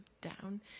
down